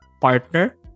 partner